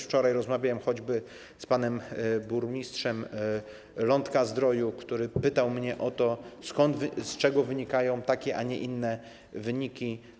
Wczoraj rozmawiałem choćby z panem burmistrzem Lądka-Zdroju, który pytał mnie o to, z czego wynikają takie, a nie inne wyniki.